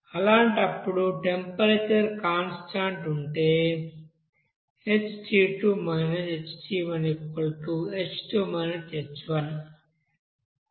అలాంటప్పుడు temperature constant ఉంటే Ht2 Ht1H2 H1